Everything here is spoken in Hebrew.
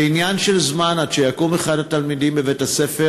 זה עניין של זמן עד שיקום אחד התלמידים בבית-הספר